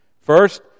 First